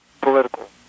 political